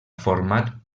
format